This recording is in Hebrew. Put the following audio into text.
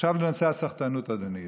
עכשיו לנושא הסחטנות, אדוני היושב-ראש.